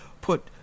put